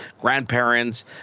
grandparents